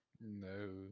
No